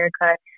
haircut